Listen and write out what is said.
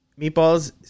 Meatballs